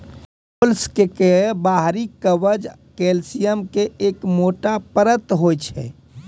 mollusc के बाहरी कवच कैल्सियम के एक मोटो परत होय छै